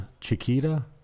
Chiquita